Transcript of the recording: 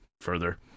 further